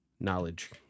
knowledge